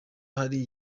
hari